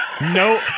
No